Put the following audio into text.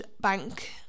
bank